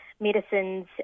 medicines